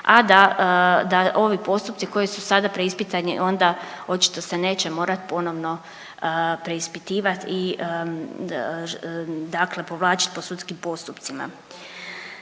a da ovi postupci koji su sada preispitani onda očito se neće morati ponovno preispitivati i dakle povlačiti po sudskim postupcima.